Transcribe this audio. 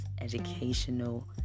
educational